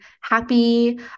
happy